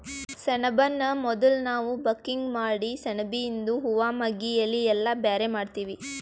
ಸೆಣಬನ್ನ ಮೊದುಲ್ ನಾವ್ ಬಕಿಂಗ್ ಮಾಡಿ ಸೆಣಬಿಯಿಂದು ಹೂವಾ ಮಗ್ಗಿ ಎಲಿ ಎಲ್ಲಾ ಬ್ಯಾರೆ ಮಾಡ್ತೀವಿ